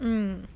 mmhmm